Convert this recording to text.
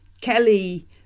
Kelly